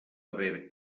haver